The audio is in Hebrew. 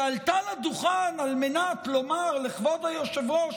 היא עלתה לדוכן על מנת לומר לכבוד היושב-ראש